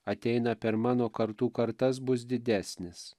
ateina per mano kartų kartas bus didesnis